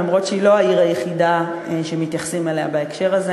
אף-על-פי שהיא לא העיר היחידה שמתייחסים אליה בהקשר הזה,